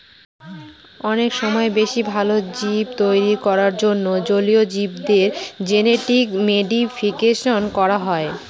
অনেক সময় বেশি ভালো জীব তৈরী করার জন্য জলীয় জীবদের জেনেটিক মডিফিকেশন করা হয়